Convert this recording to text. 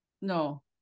No